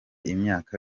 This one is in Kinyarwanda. imyaka